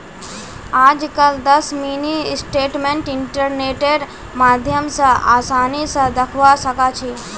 आजकल दस mini statement इन्टरनेटेर माध्यम स आसानी स दखवा सखा छी